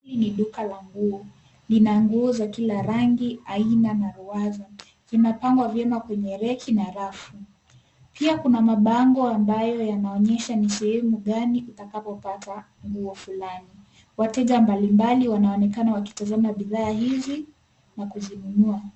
Hii ni duka la nguo, lina nguo za kila rangi, aina na ruaza . Zinapangwa vyema kwenye reki na rafu pia kuna mabango ambayo yanaonyesha ni sehemu gani utakapo pata nguo fulani. Wateja mbalimbali wanaonekana wakitazama bidhaa hizi na kuzinunua.